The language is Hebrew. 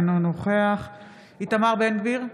אינו נוכח איתמר בן גביר,